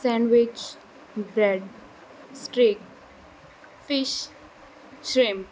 sandwich bread steak fish shrimp